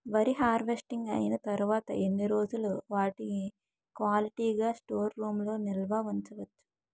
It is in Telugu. వరి హార్వెస్టింగ్ అయినా తరువత ఎన్ని రోజులు వాటిని క్వాలిటీ గ స్టోర్ రూమ్ లొ నిల్వ ఉంచ వచ్చు?